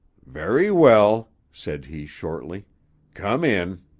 very well, said he shortly come in.